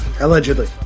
Allegedly